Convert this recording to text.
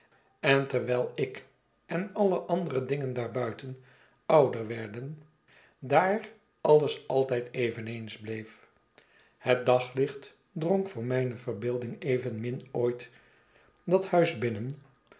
en terwijl ik en alle andere dingen daarbuiten ouder werden daar alles altijd eveneens bleef het daglicht drong voomijne verbeelding evenmin ooit dat huis binrien